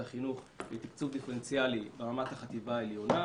החינוך לתקצוב דיפרנציאלי ברמת החטיבה העליונה.